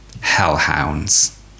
hellhounds